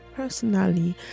personally